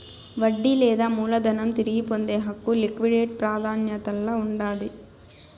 వడ్డీ లేదా మూలధనం తిరిగి పొందే హక్కు లిక్విడేట్ ప్రాదాన్యతల్ల ఉండాది